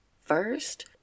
First